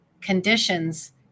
conditions